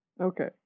Okay